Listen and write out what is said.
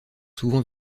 souvent